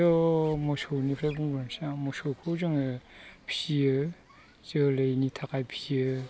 दाथ' मोसौनिफ्राय बुंलांसै आं मोसौखौ जोङो फिसियो जोलैनि थाखाय फिसियो